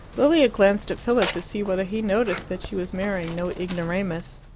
lilia glanced at philip to see whether he noticed that she was marrying no ignoramus.